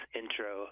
intro